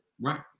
Right